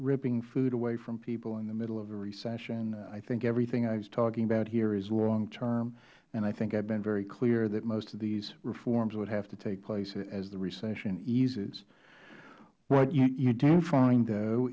ripping food away from people in the middle of a recession i think everything i was talking about here is long term and i think i have been very clear that most of these reforms would have to take place as the recession eases you do find